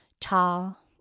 Tall